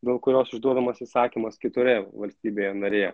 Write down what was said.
dėl kurios išduodamas įsakymas kitore valstybėje narėje